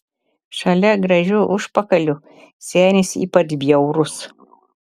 šalia gražių užpakalių senis ypač bjaurus